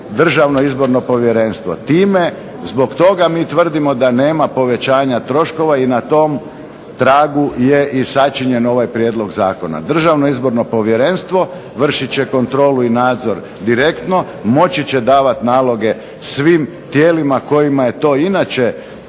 Državno izborno povjerenstvo. Time, zbog toga mi tvrdimo da nema povećanja troškova i na tom tragu je i sačinjen ovaj prijedlog zakona. Državno izborno povjerenstvo vršit će kontrolu i nadzor direktno. Moći će davati naloge svim tijelima kojima je to inače